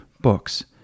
books